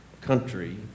country